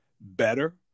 better